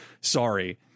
sorry